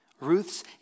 Ruth's